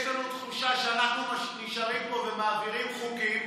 יש לנו תחושה שאנחנו נשארים פה ומעבירים חוקים.